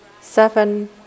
seven